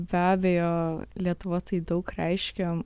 be abejo lietuva tai daug reiškia